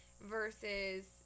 versus